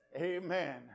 Amen